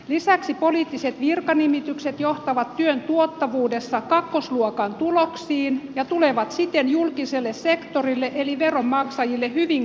lisäksi poliittiset virkanimitykset johtavat työn tuottavuudessa kakkosluokan tuloksiin ja tulevat siten julkiselle sektorille eli veronmaksajille hyvin kalliiksi